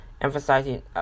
emphasizing